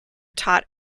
taught